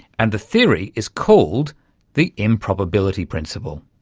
and the theory is called the improbability principle.